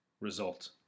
result